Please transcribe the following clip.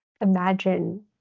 imagine